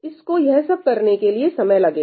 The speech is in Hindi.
इसको यह सब करने के लिए समय लगेगा